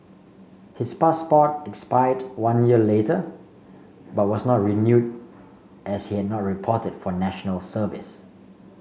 his passport expired one year later but was not renewed as he had not reported for National Service